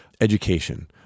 education